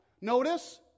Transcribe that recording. Notice